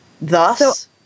Thus